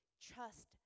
Trust